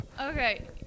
Okay